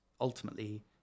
ultimately